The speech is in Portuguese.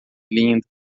lindo